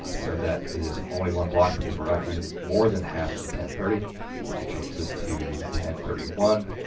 ah so that is only one block because we're not using more than half at the ten thirty i'll change this to ten thirty one